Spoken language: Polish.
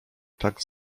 tak